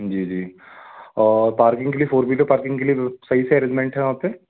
जी जी पार्किंग के लिए फ़ोर विलर पार्किंग के लिए भी सही से एरेंजमेंट है वहाँ पर